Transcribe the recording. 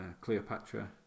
Cleopatra